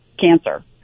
cancer